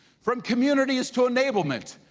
from communities to enablement,